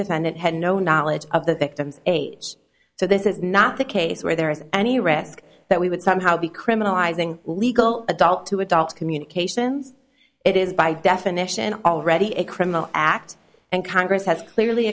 defendant had no knowledge of the victim's age so this is not the case where there is any risk that we would somehow be criminalizing legal adult to adult communications it is by definition already a criminal act and congress has clearly